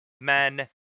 men